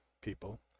people